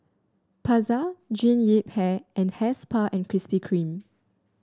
Pasar Jean Yip Hair and Hair Spa and Krispy Kreme